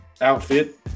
outfit